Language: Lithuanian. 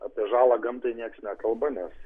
apie žalą gamtai nieks nekalba nes